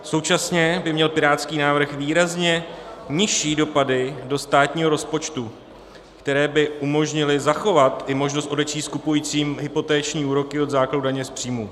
Současně by měl pirátský návrh výrazně nižší dopady do státního rozpočtu, které by umožnily zachovat i možnost odečíst kupujícím hypoteční úroky od základu daně z příjmu.